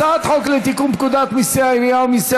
הצעת חוק לתיקון פקודת מיסי העירייה ומיסי